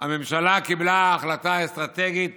הממשלה קיבלה "החלטה אסטרטגית